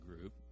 group